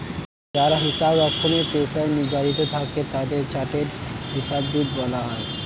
যারা হিসাব রক্ষণের পেশায় নিয়োজিত থাকে তাদের চার্টার্ড হিসাববিদ বলা হয়